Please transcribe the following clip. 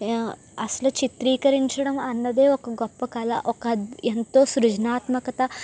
అస్సలు చిత్రీకరించడం అన్నదే ఒక గొప్ప కల ఒక ఎంతో సృజనాత్మకత